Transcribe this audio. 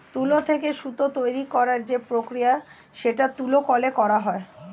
তুলো থেকে সুতো তৈরী করার যে প্রক্রিয়া সেটা তুলো কলে করা হয়